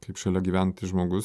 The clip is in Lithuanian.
kaip šalia gyvenantis žmogus